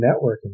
networking